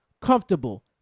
comfortable